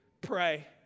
pray